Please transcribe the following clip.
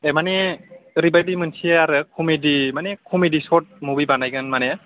ए माने ओरैबायदि मोनसे आरो कमेदि माने कमेदि सर्ट मुभि बानायगोन माने